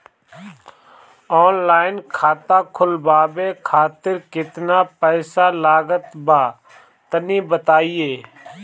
Online खाता खूलवावे खातिर केतना पईसा लागत बा तनि बताईं?